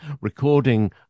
recording